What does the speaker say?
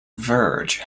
verge